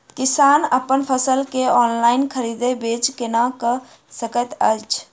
किसान अप्पन फसल केँ ऑनलाइन खरीदै बेच केना कऽ सकैत अछि?